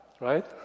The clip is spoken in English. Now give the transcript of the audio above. right